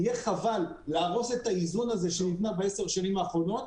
יהיה חבל להרוס את האיזון הזה שנבנה בעשר השנים האחרונות.